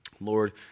Lord